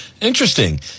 Interesting